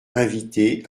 invités